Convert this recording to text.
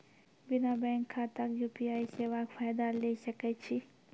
बिना बैंक खाताक यु.पी.आई सेवाक फायदा ले सकै छी?